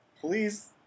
Please